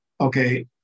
okay